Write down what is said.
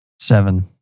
seven